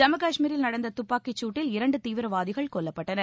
ஜம்மு காஷ்மீரில் நடந்த துப்பாக்கிச்சூட்டில் இரண்டு தீவிரவாதிகள் கொல்லப்பட்டனர்